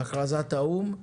יום הכרזת האו"ם,